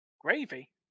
gravy